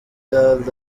dans